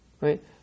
right